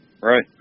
Right